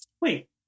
Wait